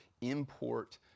import